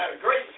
great